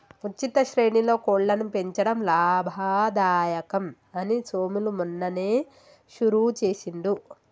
ఉచిత శ్రేణిలో కోళ్లను పెంచడం లాభదాయకం అని సోములు మొన్ననే షురువు చేసిండు